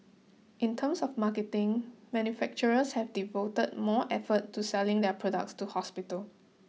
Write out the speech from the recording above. in terms of marketing manufacturers have devoted more effort to selling their products to hospitals